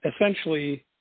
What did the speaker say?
Essentially